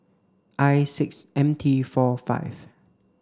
I six M T four five